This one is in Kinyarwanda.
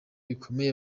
bikomeye